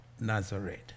Nazareth